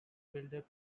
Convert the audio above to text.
builder